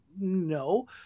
No